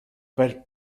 per